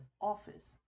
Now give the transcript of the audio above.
office